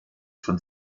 von